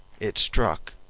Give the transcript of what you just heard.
it struck,